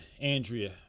Andrea